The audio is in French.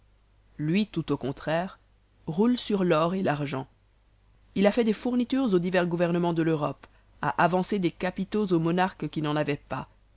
lui tout au contraire roule sur l'or et l'argent il a fait des fournitures aux divers gouvernemens de l'europe a avancé des capitaux aux monarques qui n'en avaient pas